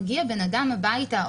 מגיע בנאדם הביתה,